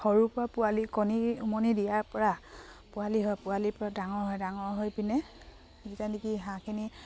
সৰুৰৰপৰা পোৱালি কণী উমনি দিয়াৰপৰা পোৱালি হয় পোৱালিৰপৰা ডাঙৰ হয় ডাঙৰ হৈ পিনে যেতিয়া নেকি হাঁহখিনি